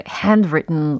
handwritten